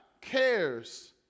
cares